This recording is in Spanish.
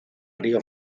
río